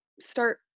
start